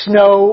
Snow